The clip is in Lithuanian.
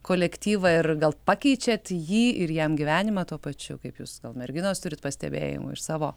kolektyvą ir gal pakeičiat jį ir jam gyvenimą tuo pačiu kaip jūs gal merginos turit pastebėjimų iš savo